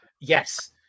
yes